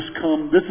come